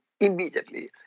immediately